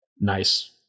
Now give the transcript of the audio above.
Nice